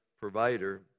provider